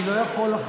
אני לא יכול שלא,